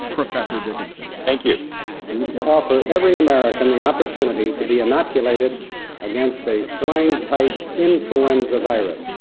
professor dickinson. thank you offer every american the opportunity to be inoculated against a swine type influenza virus.